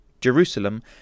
Jerusalem